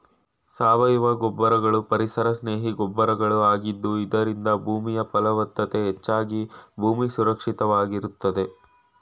ಸಾವಯವ ಗೊಬ್ಬರಗಳು ಪರಿಸರ ಸ್ನೇಹಿ ಗೊಬ್ಬರಗಳ ಆಗಿದ್ದು ಇದರಿಂದ ಭೂಮಿಯ ಫಲವತ್ತತೆ ಹೆಚ್ಚಾಗಿ ಭೂಮಿ ಸುರಕ್ಷಿತವಾಗಿರುತ್ತದೆ